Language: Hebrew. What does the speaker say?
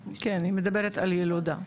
כן, היא מדברת על ילודה.